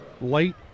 late